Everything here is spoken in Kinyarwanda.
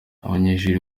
abanyeshuri